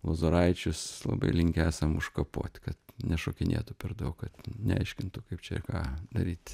lozoraičius labai linkę esam užkapot kad nešokinėtų per daug kad neaiškintų kaip čia ką daryt